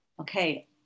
Okay